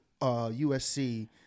USC